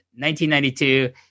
1992